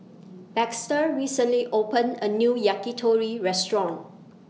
Baxter recently opened A New Yakitori Restaurant